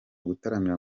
gutaramira